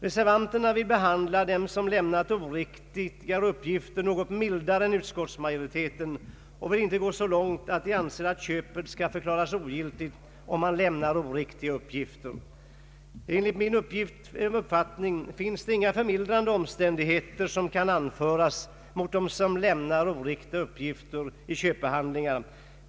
Reservanterna vill behandla dem som lämnat oriktiga uppgifter något mildare än vad utskottsmajoriteten vill och går inte så långt att de anser att köpet skall förklaras ogiltigt, om oriktiga uppgifter lämnas. Enligt min uppfattning finns det inga förmildrande omständigheter att anföra för dem som lämnar oriktiga uppgifter i köpehandlingar.